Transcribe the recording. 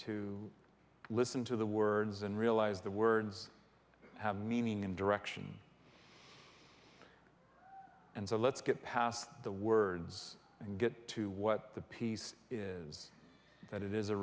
to listen to the words and realize the words have meaning and direction and so let's get past the words and get to what the piece is that it is a